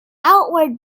outward